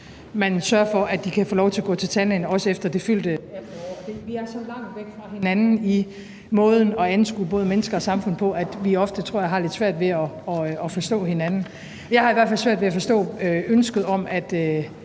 vi sørger for, at de også kan få lov til at gå til tandlæge efter det fyldte 18 år. Vi er så langt væk fra hinanden i måden at anskue både mennesker og samfundet på, at vi ofte, tror jeg, har lidt svært ved at forstå hinanden. Jeg har i hvert fald svært ved at forstå ønsket om, at